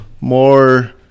more